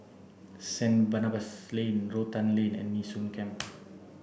Saint Barnabas Lane Rotan Lane and Nee Soon Camp